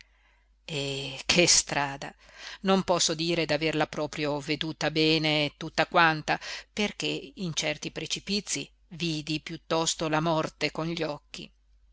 lí e che strada non posso dire d'averla proprio veduta bene tutta quanta perché in certi precipizii vidi piuttosto la morte con gli occhi